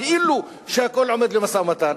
כאילו שהכול עומד למשא-ומתן?